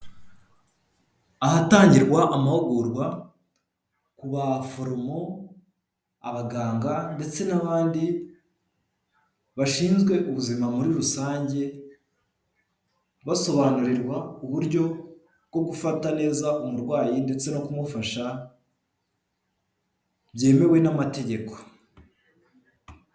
Ahatangirwa amahugurwa ku baforomo, abaganga ndetse n'abandi bashinzwe ubuzima muri rusange basobanurirwa uburyo bwo gufata neza umurwayi ndetse no kumufasha byemewe n'amategeko.